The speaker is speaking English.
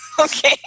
okay